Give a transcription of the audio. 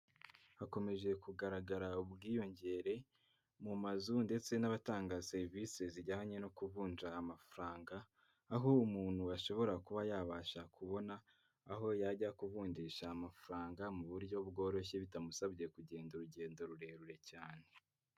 Hakomeje kugaragara ubwiyongere mu mazu ndetse n'abatanga serivisi zijyanye no kuvunja amafaranga aho umuntu ashobora kuba yabasha kubona aho yajya ku kuvunjisha amafaranga mu buryo bworoshye bitamusabye kugenda urugendo rurerure cyane.